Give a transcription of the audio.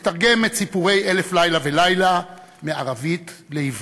לתרגם את "סיפורי אלף לילה ולילה" מערבית לעברית.